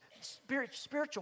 spiritual